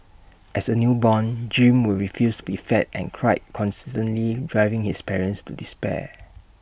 as A newborn Jim would refuse be fed and cried constantly driving his parents to despair